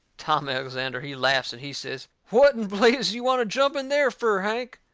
tom alexander, he laughs and he says what in blazes you want to jump in there fur, hank?